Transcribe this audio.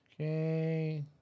Okay